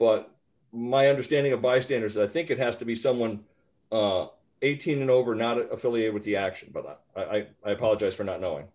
but my understanding of bystanders i think it has to be someone eighteen and over not affiliated with the action but i apologize for not knowing